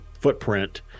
footprint